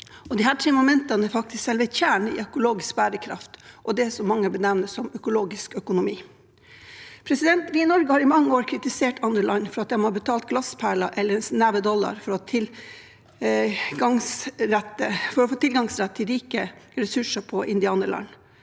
Disse tre momentene er faktisk selve kjernen i økologisk bærekraft og det som mange benevner som økologisk økonomi. Vi i Norge har i mange år kritisert andre land for at de har betalt «glassperler» eller «en neve dollar» for å få tilgangsrett til rike ressurser på indianerland.